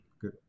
good